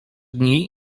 dni